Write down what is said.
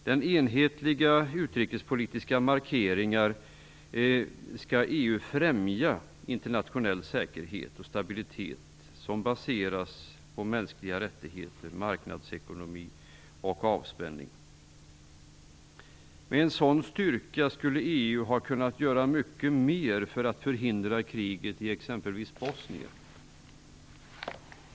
Genom enhetliga utrikespolitiska markeringar skall EU främja internationell säkerhet och stabilitet som baseras på mänskliga rättigheter, marknadsekonomi och avspänning. Med en sådan styrka skulle EU ha kunnat göra mycket mer för att förhindra kriget i exempelvis Bosnien.